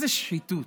איזו שחיתות,